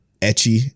Etchy